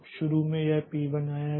अब शुरू में यह पी 1 आया